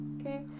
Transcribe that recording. Okay